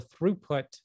throughput